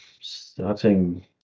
starting